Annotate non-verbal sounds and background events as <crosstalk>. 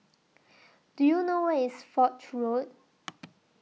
<noise> Do YOU know Where IS Foch Road <noise>